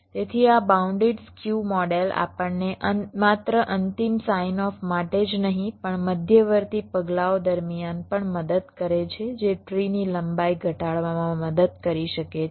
તેથી આ bounded skew model આપણને માત્ર અંતિમ સાઇનઓફ માટે જ નહીં પણ મધ્યવર્તી પગલાઓ દરમિયાન પણ મદદ કરે છે જે ટ્રીની લંબાઈ ઘટાડવામાં મદદ કરી શકે છે